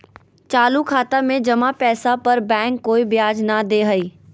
चालू खाता में जमा पैसा पर बैंक कोय ब्याज नय दे हइ